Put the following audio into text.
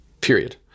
Period